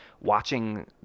watching